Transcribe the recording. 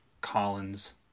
Collins